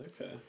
okay